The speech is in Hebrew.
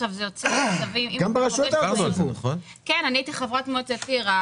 הייתי חברת מועצת עיר.